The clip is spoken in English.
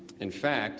in fact